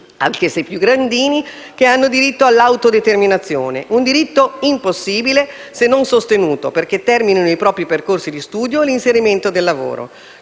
anche se più grandini, che hanno diritto all'autodeterminazione, un diritto impossibile se non sostenuto, perché terminino i propri percorsi di studio e di inserimento nel lavoro.